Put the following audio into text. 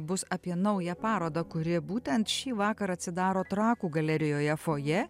bus apie naują parodą kuri būtent šį vakarą atsidaro trakų galerijoje fojė